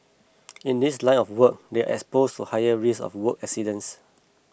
in this line of work they are exposed to higher risk of work accidents